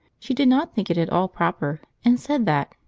she did not think it at all proper, and said that,